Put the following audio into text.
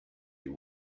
you